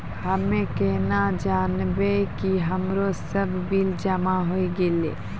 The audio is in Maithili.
हम्मे केना जानबै कि हमरो सब बिल जमा होय गैलै?